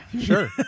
Sure